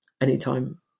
anytime